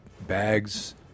bags